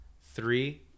three